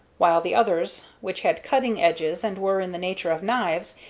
while the others, which had cutting edges and were in the nature of knives,